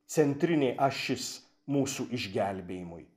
centrinė ašis mūsų išgelbėjimui